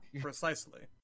Precisely